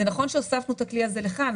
זה נכון שהוספנו את הכלי הזה לכאן,